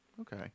Okay